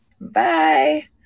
Bye